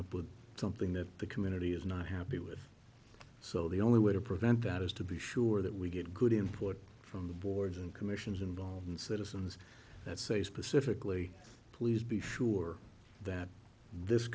up with something that the community is not happy with so the only way to prevent that is to be sure that we get good input from the boards and commissions and all citizens that say specifically please be sure that this